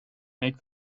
make